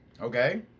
Okay